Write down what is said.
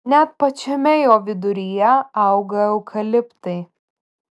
net pačiame jo viduryje auga eukaliptai